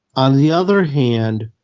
on the other hand,